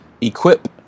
equip